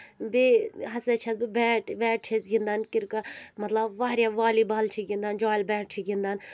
بیٚیہِ ہسا چھَس بہٕ بیٹ ویٹ چھ أسۍ گِنٛدان کِرکَٹ مطلب واریاہ والی بال چھِ گِنٛدان جال بیٹ چھِ گِنٛدان